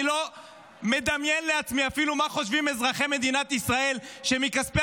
אני לא מדמיין לעצמי אפילו מה חושבים אזרחי מדינת ישראל שמכספי